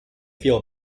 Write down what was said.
feel